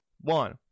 one